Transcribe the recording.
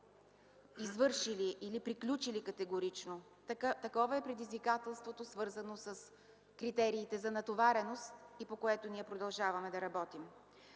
извършили или приключили категорично. Такова е предизвикателството, свързано с критериите за натовареност, по което ние продължаваме да работим.